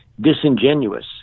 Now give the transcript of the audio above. disingenuous